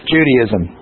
Judaism